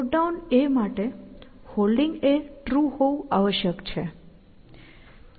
PutDown માટે Holding true હોવું આવશ્યક છે